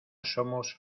somos